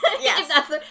Yes